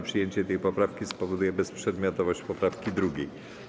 Przyjęcie tej poprawki spowoduje bezprzedmiotowość poprawki 2.